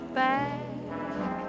back